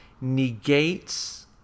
negates